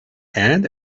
and